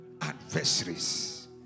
adversaries